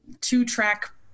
two-track